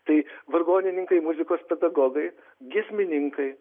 tai vargonininkai muzikos pedagogai giesmininkai